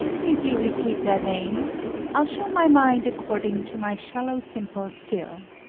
please you, repeat their names i'll show my mind according to my shallow simple skill.